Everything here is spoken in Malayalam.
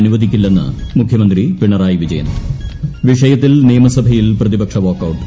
അനുവദിക്കില്ലെന്ന് മുഖ്യമന്ത്രി പിണറായി വിജയൻ വിഷയത്തിൽ നിയമസഭയിൽ പ്രതിപക്ഷ വാക്കൌട്ട്